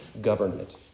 government